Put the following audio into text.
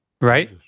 Right